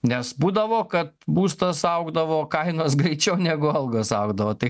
nes būdavo kad būstas augdavo kainos greičiau negu algos augdavo tai